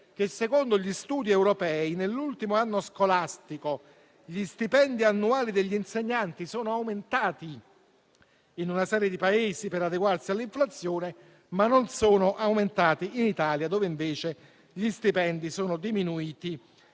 secondo gli studi europei, nell'ultimo anno scolastico gli stipendi annuali degli insegnanti sono aumentati in una serie di Paesi per adeguarsi all'inflazione, ma non in Italia, dove invece sono diminuiti,